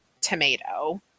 tomato